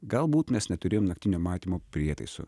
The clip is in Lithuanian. galbūt mes neturėjom naktinio matymo prietaisų